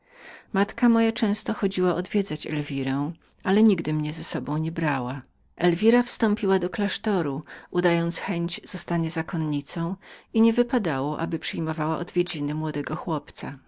matka moja często chodziła odwiedzać siostrzenicę swoją elwirę ale nigdy mnie z sobą nie brała elwira wstąpiła do klasztoru udając chęć zostania zakonnicą i nie wypadało aby przyjmowała odwiedziny młodego chłopca